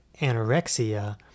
anorexia